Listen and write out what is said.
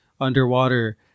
underwater